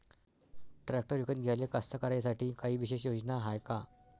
Tractor विकत घ्याले कास्तकाराइसाठी कायी विशेष योजना हाय का?